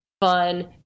fun